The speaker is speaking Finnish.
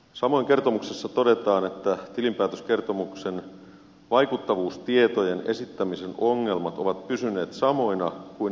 samoin kertomuksessa todetaan että tilinpäätöskertomuksen vaikuttavuustietojen esittämisen ongelmat ovat pysyneet samoina kuin edellisinä vuosina